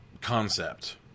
concept